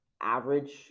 average